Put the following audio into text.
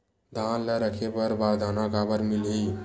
धान ल रखे बर बारदाना काबर मिलही?